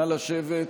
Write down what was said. נא לשבת.